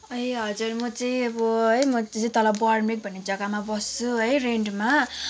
खै हजुर म चाहिँ अब है म चाहिँ तल बर्मेक भन्ने जग्गामा बस्छु है रेन्टमा